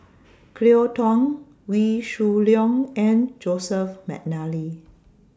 Cleo Thang Wee Shoo Leong and Joseph Mcnally